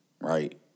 right